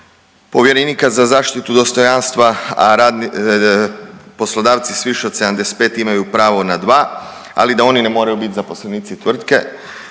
povjerenika za zaštitu dostojanstva, a poslodavci s više od 75 imaju pravo na 2, ali da oni ne moraju biti zaposlenici tvrtke.